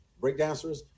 breakdancers